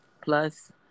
plus